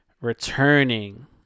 returning